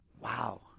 Wow